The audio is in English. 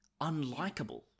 unlikable